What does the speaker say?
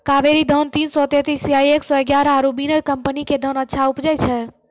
कावेरी धान तीन सौ तेंतीस या एक सौ एगारह आरु बिनर कम्पनी के धान अच्छा उपजै छै?